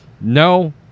no